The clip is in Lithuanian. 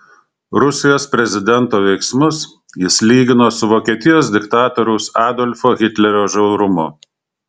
rusijos prezidento veiksmus jis lygino su vokietijos diktatoriaus adolfo hitlerio žiaurumu